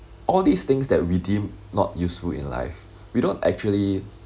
all these things that we deem not useful in life we don't actually